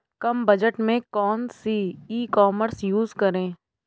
कम budget में कौन सी ई कॉमर्स यूज़ करें?